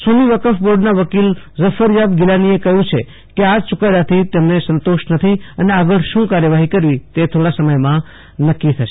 સુન્નિવકફ બોર્ડના વકીલ ઝફરયાબ ગિલાનીએ કહયું છે આ યુકાદાથી તેમને સંતોષ નથી અને આગળ શું કાર્યવાહી કરવી તે થોડા સમયમાં નકકી કરશે